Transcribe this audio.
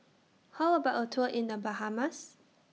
How about A Tour in The Bahamas